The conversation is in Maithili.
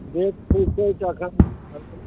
रेट खुजतै तखन